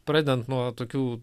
pradedant nuo tokių